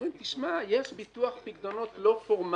אומרים יש ביטוח פיקדונות לא פורמלי.